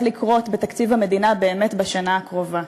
לקרות באמת בתקציב המדינה בשנה הקרובה.